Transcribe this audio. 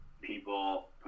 People